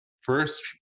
first